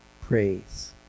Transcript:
Praise